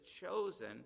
chosen